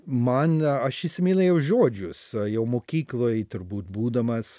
man aš įsimylėjau žodžius jau mokykloj turbūt būdamas